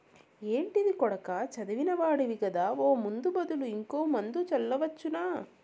ఏంటిది కొడకా చదివిన వాడివి కదా ఒక ముందు బదులు ఇంకో మందు జల్లవచ్చునా